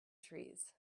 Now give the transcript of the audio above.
trees